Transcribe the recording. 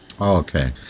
Okay